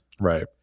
Right